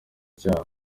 icyaha